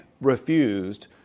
refused